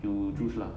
you choose lah